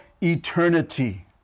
eternity